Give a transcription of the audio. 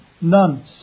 none